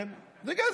כן, זה גזל,